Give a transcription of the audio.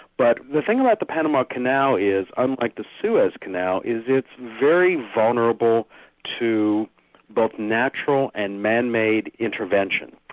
but the thing about the panama canal is, unlike the suez canal, is it's very vulnerable to both natural and man-made intervention.